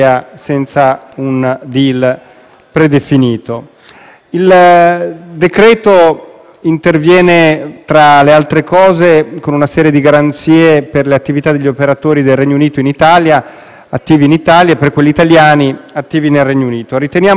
predefinito. Il decreto-legge interviene, tra le altre cose, con una serie di garanzie per le attività degli operatori del Regno Unito attivi in Italia e per quelli italiani attivi nel Regno Unito. Riteniamo che si tratti di una norma